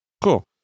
cool